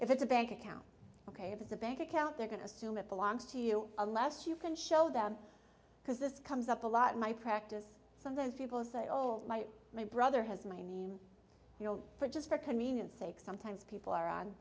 if it's a bank account ok if it's a bank account they're going to assume it belongs to you unless you can show them because this comes up a lot my practice sometimes people say oh my my brother has my name you know for just for convenience sake sometimes people are on